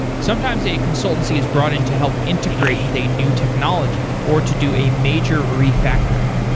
sometimes, a consultancy is brought in to help integrate with a new technology or to do a major refactoring.